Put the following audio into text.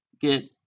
get